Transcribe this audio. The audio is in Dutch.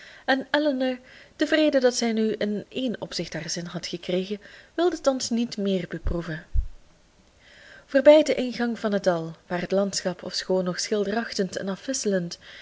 en elinor tevreden nu zij in een opzicht haar zin had gekregen wilde thans niet méér beproeven voorbij den ingang van het dal waar het landschap ofschoon nog schilderachtig en afwisselend